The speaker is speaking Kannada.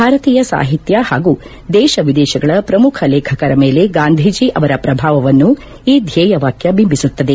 ಭಾರತೀಯ ಸಾಹಿತ್ಯ ಹಾಗೂ ದೇಶ ವಿದೇಶಗಳ ಪ್ರಮುಖ ಲೇಖಕರ ಮೇಲೆ ಗಾಂಧೀಜಿ ಅವರ ಪ್ರಭಾವವನ್ನು ಈ ಧ್ವೇಯವಾಕ್ಯ ಬಿಂಬಿಸುತ್ತದೆ